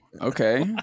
Okay